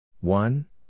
One